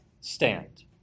stand